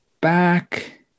back